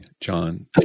John